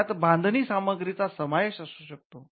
यात बांधणी सामग्रीचा समावेश असू शकतो